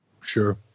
Sure